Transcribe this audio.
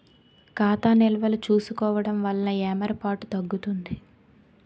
ఖాతా నిల్వలు చూసుకోవడం వలన ఏమరపాటు తగ్గుతుంది